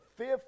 fifth